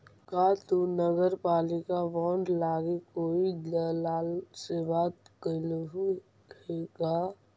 का तु नगरपालिका बॉन्ड लागी कोई दलाल से बात कयलहुं हे का?